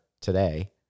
today